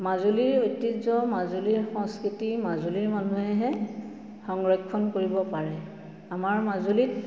মাজুলীৰ ঐতিহ্য মাজুলীৰ সংস্কৃতি মাজুলীৰ মানুহেহে সংৰক্ষণ কৰিব পাৰে আমাৰ মাজুলীত